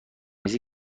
ریزی